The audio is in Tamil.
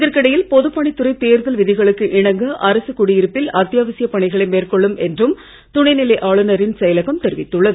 இதற்கிடையில் பொதுப் பணித்துறை தேர்தல் விதிகளுக்கு இணங்க அரசு குடியிருப்பில் அத்தியாவசியப் பணிகளை மேற்கொள்ளும் என்றும் துணைநிலை ஆளுநரின் செயலகம் தெரிவித்துள்ளது